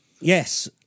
Yes